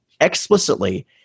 explicitly